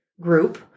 group